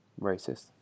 Racist